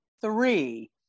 three